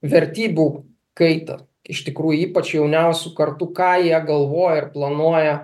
vertybių kaitą iš tikrųjų ypač jauniausių kartų ką jie galvoja ir planuoja